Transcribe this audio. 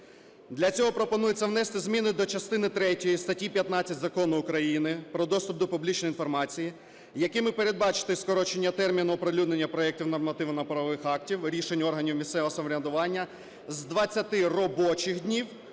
Для цього пропонується внести зміни до частини третьої статті 15 Закону України "Про доступ до публічної інформації", якими передбачити скорочення терміну оприлюднення проектів нормативно-правових актів і рішень органів місцевого самоврядування з 20 робочих днів